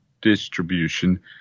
distribution